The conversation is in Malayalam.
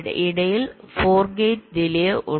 ഇടയിൽ 4 ഗേറ്റ് ഡിലെ ഉണ്ട്